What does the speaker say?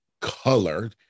color